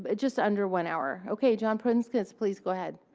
but just under one hour. ok, john prunskis, please go ahead.